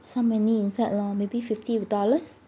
so many inside lor maybe fifty dollars